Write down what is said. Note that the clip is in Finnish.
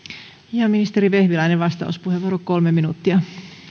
ministeri vehviläinen vastauspuheenvuoro kolme minuuttia